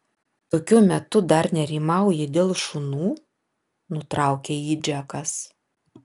tokiu metu dar nerimauji dėl šunų nutraukė jį džekas